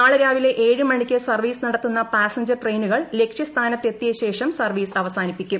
നാളെ രാവിലെ ഏഴ് മണിക്ക് സർവ്വീസ് നടത്തുന്ന പാസഞ്ചർ ട്രെയിനുകൾ ലക്ഷ്യ സ്ഥാനത്തെത്തിയ ശേഷം സർവ്വീസ് അവസാനിപ്പിക്കും